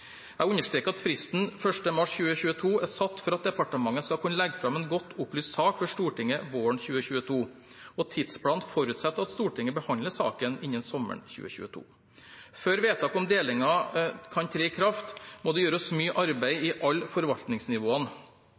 Jeg understreker at fristen 1. mars 2022 er satt for at departementet skal kunne legge fram en godt opplyst sak for Stortinget våren 2022. Tidsplanen forutsetter at Stortinget behandler saken innen sommeren 2022. Før vedtak om delinger kan tre i kraft, må det gjøres mye arbeid i